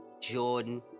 Jordan